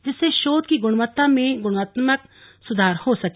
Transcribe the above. जिससे शोध की गुणवत्ता में गुणात्मक सुधार हो सके